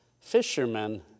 fishermen